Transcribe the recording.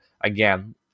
Again